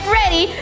ready